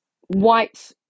White